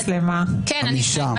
לא אושרו.